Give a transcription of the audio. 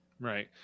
Right